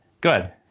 good